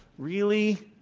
really?